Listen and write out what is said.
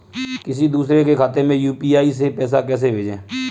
किसी दूसरे के खाते में यू.पी.आई से पैसा कैसे भेजें?